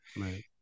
right